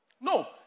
No